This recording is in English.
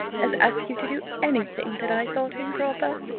as ask you to do any thing that i thought improper.